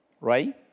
Right